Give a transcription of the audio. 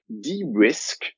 de-risk